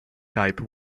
type